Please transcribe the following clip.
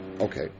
Okay